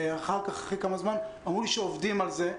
אחרי כמה זמן אמרו לי שעובדים על זה,